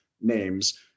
names